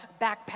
backpack